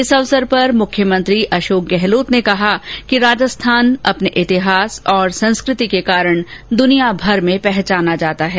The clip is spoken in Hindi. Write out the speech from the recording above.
इस अवसर पर मुख्यमंत्री अशोक गहलोत ने कहा कि राजस्थान अपने इतिहास और संस्कृति के कारण द्नियाभर में पहचाना जाता है